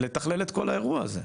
לתכלל את כל האירוע הזה,